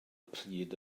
pryd